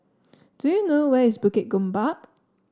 do you know where is Bukit Gombak